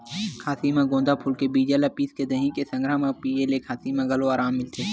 खाँसी म गोंदा फूल के बीजा ल पिसके दही के संघरा म पिए ले खाँसी म घलो अराम मिलथे